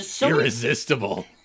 Irresistible